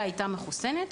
הייתה מחוסנת.